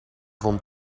vond